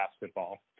basketball